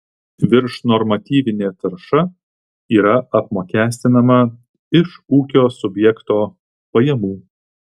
viršnormatyvinė tarša yra apmokestinama iš ūkio subjekto pajamų